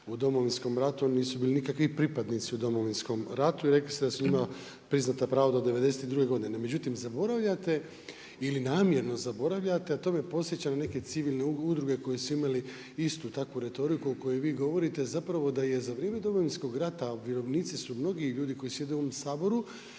u Domovinskom ratu. Oni nisu bili nikakvi pripadnici u Domovinskom ratu i rekli ste da su njima priznata prava do '92. godine. No međutim, zaboravljate ili namjerno zaboravljate, a to me podsjeća na neke civilne udruge koje su imale istu takvu retoriku o kojoj vi govorite, zapravo da je za vrijeme Domovinskog rata, a vjerovnici su mnogi i ljudi koji sjede u ovom Saboru